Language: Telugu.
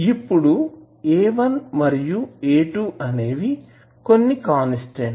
ఇప్పుడు A1 మరియు A2 అనేవి కొన్ని కాన్స్టాంట్స్